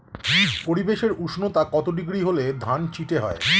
পরিবেশের উষ্ণতা কত ডিগ্রি হলে ধান চিটে হয়?